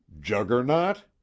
Juggernaut